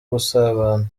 gusabana